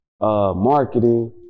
marketing